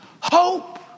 hope